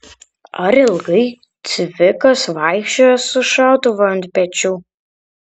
ar ilgai cvikas vaikščiojo su šautuvu ant pečių